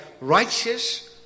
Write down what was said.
righteous